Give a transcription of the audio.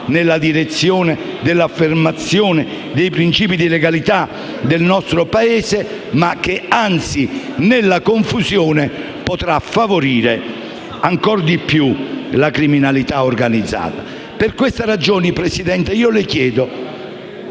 nella direzione dell'affermazione dei principi di legalità nel nostro Paese, ma che, anzi, nella confusione potrà favorire ancora di più la criminalità organizzata. Per queste ragioni, signor Presidente, le chiedo